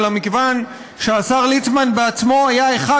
אלא מכיוון שהשר ליצמן עצמו היה אחד